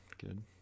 good